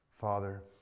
Father